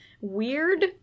weird